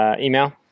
email